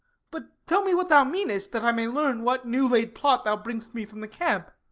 but tell me what thou meanest, that i may learn what new-laid plot thou bring'st me from the camp.